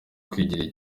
kwigirira